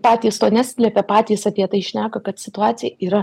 patys to neslepia patys apie tai šneka kad situacija yra